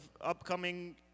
upcoming